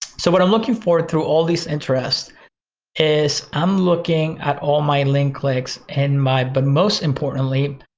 so what i'm looking for through all this interest is i'm looking at all my link clicks and my, but most importantly,